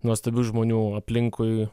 nuostabių žmonių aplinkui